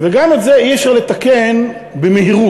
וגם את זה אי-אפשר לתקן במהירות,